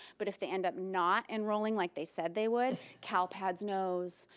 but if they end up not enrolling like they said they would, calpads knows,